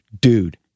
dude